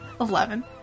Eleven